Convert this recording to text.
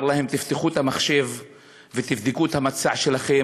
להם: תפתחו את המחשב ותבדקו את המצע שלכם.